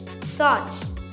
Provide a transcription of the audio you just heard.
thoughts